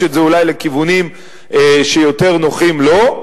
את זה אולי לכיוונים שיותר נוחים לו.